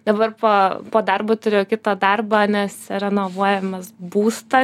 dabar po po darbo turiu kitą darbą nes renovuojamės būstą